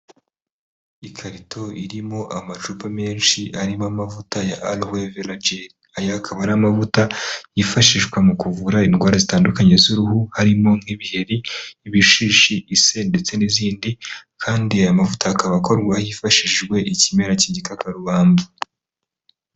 Ikarito irimo amacupa menshi arimo amavuta ya aruwe vera jeri, aya akaba ari amavuta yifashishwa mu kuvura indwara zitandukanye z'uruhu, harimo nk'ibiheri, ibishishi, ise ndetse n'izindi, kandi aya mavuta akaba akorwa, hifashishijwe ikimera k'igikakarubamba.